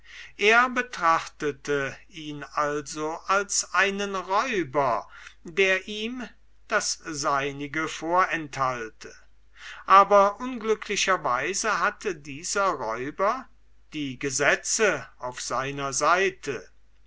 er betrachtete also den demokritus als einen räuber der ihm das seinige vorenthielt aber unglücklicher weise hatte dieser der räuber die gesetze auf seiner seite